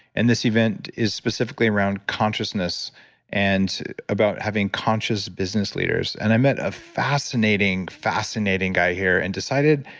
and this event is specifically around consciousness and about having conscious business leaders. and i met a fascinating, fascinating guy here and decided,